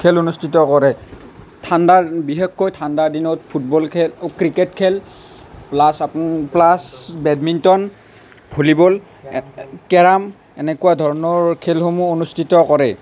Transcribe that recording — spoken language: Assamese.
খেল অনুষ্ঠিত কৰে ঠাণ্ডাৰ বিশেষকৈ ঠাণ্ডা দিনত ফুটবল খেল ক্ৰিকেট খেল plus plus badminton volleyball carrom এনেকুৱা ধৰণৰ খেলসমূহ অনুষ্ঠিত কৰে